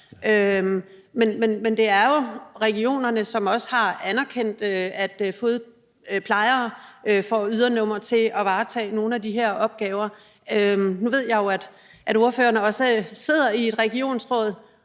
Men det er jo regionerne, som også har anerkendt, at fodplejere får ydernummer til at varetage nogle af de her opgaver. Nu ved jeg jo, at ordføreren også sidder i et regionsråd.